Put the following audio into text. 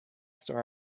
store